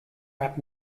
rap